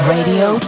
Radio